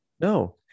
No